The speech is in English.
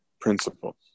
principles